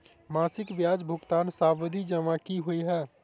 मासिक ब्याज भुगतान सावधि जमा की होइ है?